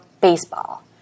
baseball